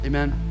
Amen